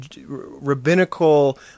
rabbinical